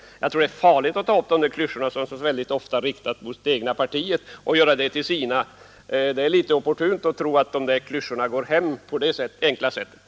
Jag tror att det är farligt att ta upp dessa enkla klyschor, som så ofta riktas just mot det egna partiet, och göra dem till sina. Det är litet opportunt att tro att de skall gå hem på ett så enkelt sätt. ären.